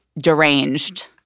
deranged –